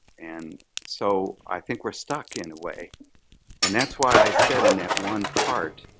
and so, i think we're stuck in a way and that's why i said in that one part,